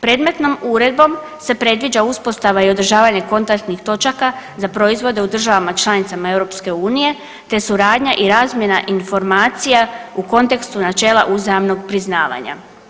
Predmetnom Uredbom se predviđa uspostava i održavanje kontaktnih točaka za proizvode u državama članicama Europske unije, te suradnja i razmjena informacija u kontekstu načela uzajamnog priznavanja.